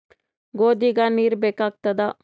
ಗೋಧಿಗ ನೀರ್ ಬೇಕಾಗತದ?